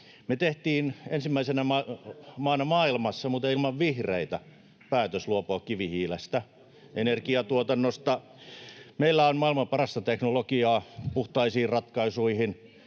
Me tehtiin ensimmäisenä maana maailmassa — muuten ilman vihreitä — päätös luopua kivihiilestä energiatuotannossa. Meillä on maailman parasta teknologiaa puhtaisiin ratkaisuihin,